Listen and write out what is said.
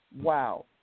wow